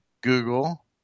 google